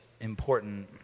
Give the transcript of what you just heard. important